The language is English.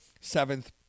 seventh